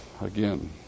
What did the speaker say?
again